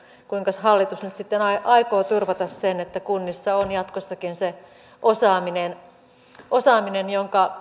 kuinkas hallitus nyt sitten aikoo turvata sen että kunnissa on jatkossakin se osaaminen osaaminen jonka